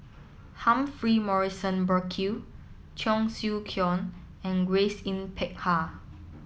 Humphrey Morrison Burkill Cheong Siew Keong and Grace Yin Peck Ha